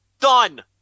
Done